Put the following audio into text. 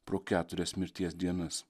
pro keturias mirties dienas